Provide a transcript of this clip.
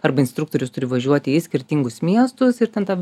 arba instruktorius turi važiuoti į skirtingus miestus ir ten tam